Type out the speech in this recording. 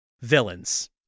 Villains